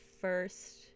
first